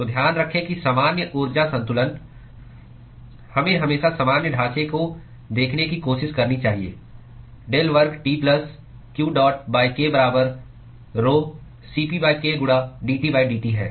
तो ध्यान रखें कि सामान्य ऊर्जा संतुलन हमें हमेशा सामान्य ढांचे को देखने की कोशिश करनी चाहिए डेल वर्ग T प्लस q डॉटk बराबर rho c pk गुणा dTdt है